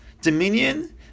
dominion